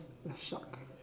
a shark